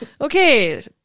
Okay